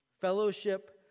Fellowship